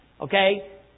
Okay